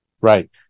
Right